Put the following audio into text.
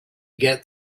get